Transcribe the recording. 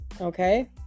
Okay